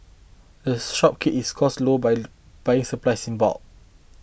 the shop keeps its costs low by buying its supplies in bulk